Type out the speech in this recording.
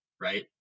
right